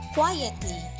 quietly